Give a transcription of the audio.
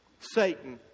Satan